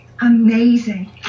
amazing